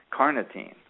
carnitine